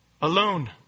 alone